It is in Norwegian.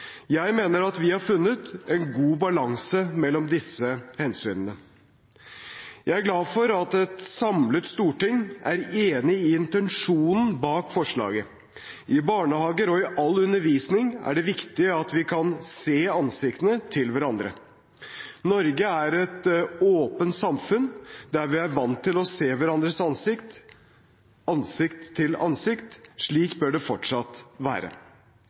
Jeg mener at vi har funnet en god balanse mellom disse hensynene. Jeg er glad for at et samlet storting er enig i intensjonen bak forslaget. I barnehager og i all undervisning er det viktig at vi kan se ansiktene til hverandre. Norge er et åpent samfunn der vi er vant til å se hverandres ansikt – ansikt til ansikt. Slik bør det fortsatt være.